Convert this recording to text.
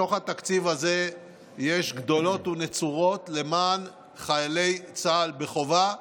בתוך התקציב הזה יש גדולות ונצורות למען חיילי צה"ל בחובה,